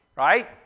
Right